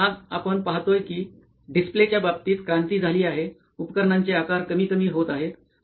तर आज आपण पाहतोय कि डिस्प्लेच्या बाबतीत क्रांती झाली आहे उपकरणांचे आकार कमी कमी होत आहेत